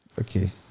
Okay